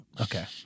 Okay